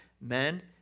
men